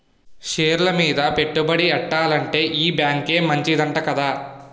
షేర్లు మీద పెట్టుబడి ఎట్టాలంటే ఈ బేంకే మంచిదంట కదా